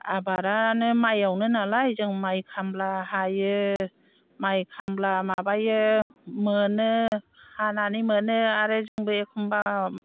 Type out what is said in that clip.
आबादानो माइयावनो नालाय जों माइ खामला हायो माइ खामला माबायो मोनो हानानै मोनो आरो जोंबो एखनबा